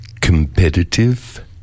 competitive